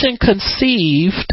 conceived